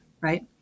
right